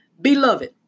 Beloved